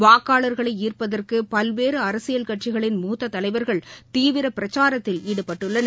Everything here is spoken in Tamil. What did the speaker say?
வாக்காளர்களை ஈப்பதற்கு பல்வேறு அரசியல் கட்சிகளின் மூத்த தலைவர்கள் தீவிர பிரச்சாரத்தில் ஈடுபட்டுள்ளனர்